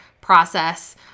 process